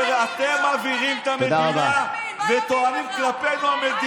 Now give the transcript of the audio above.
הטייסים האלה שאתה קורא להם,